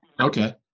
Okay